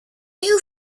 you